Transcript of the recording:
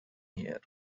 here